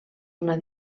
una